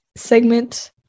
segment